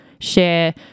share